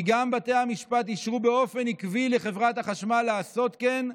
"כי גם בתי המשפט אישרו באופן עקבי לחברת החשמל לעשות כן,